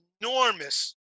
enormous